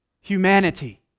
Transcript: humanity